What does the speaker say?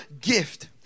gift